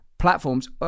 Platforms